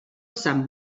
sant